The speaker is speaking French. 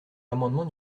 l’amendement